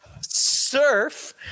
Surf